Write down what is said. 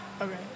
Okay